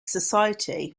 society